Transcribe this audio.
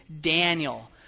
Daniel